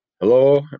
Hello